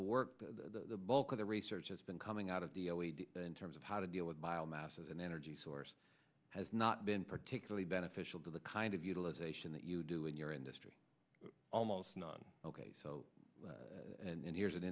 the work the bulk of the research has been coming out of the in terms of how to deal with biomass as an energy source has not been particularly beneficial to the kind of utilization that you do in your industry almost none ok so and here's an